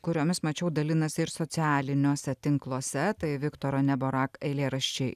kuriomis mačiau dalinasi ir socialiniuose tinkluose tai viktoro neborak eilėraščiai